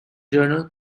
journal